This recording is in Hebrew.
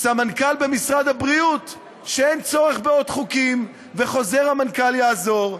סמנכ"ל במשרד הבריאות שאין צורך בעוד חוקים וחוזר המנכ"ל יעזור.